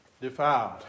Defiled